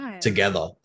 together